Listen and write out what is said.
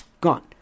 Gone